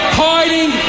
hiding